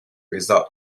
result